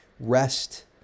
rest